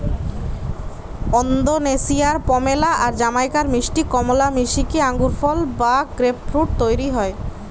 ওন্দোনেশিয়ার pomelo আর জামাইকার মিষ্টি কমলা মিশিকি আঙ্গুরফল বা গ্রেপফ্রূট তইরি হয়